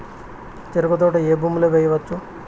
చెరుకు తోట ఏ భూమిలో వేయవచ్చు?